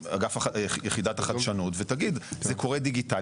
יחידת החדשנות, ותגיד שזה קורה דיגיטלי.